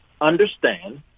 understand